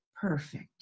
perfect